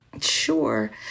Sure